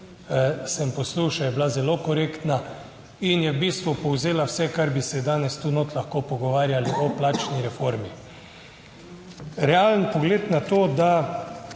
Sem poslušal, je bila zelo korektna in je v bistvu povzela vse, kar bi se danes tu notri lahko pogovarjali o plačni reformi. Realen pogled na to, da